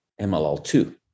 MLL2